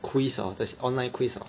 quiz hor online quiz hor